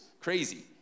crazy